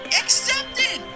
accepted